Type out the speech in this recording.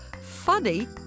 funny